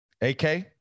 AK